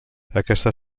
aquesta